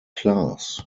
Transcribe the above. class